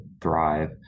thrive